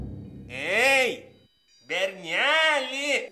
ei berneli